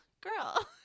girl